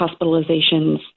hospitalizations